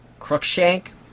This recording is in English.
Crookshank